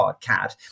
CAD